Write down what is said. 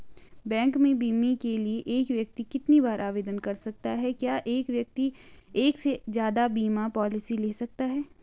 Bank में बीमे के लिए एक व्यक्ति कितनी बार आवेदन कर सकता है क्या एक व्यक्ति एक से ज़्यादा बीमा पॉलिसी ले सकता है?